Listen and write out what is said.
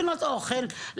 לקנות אוכל,